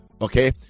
okay